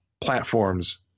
platforms